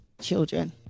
children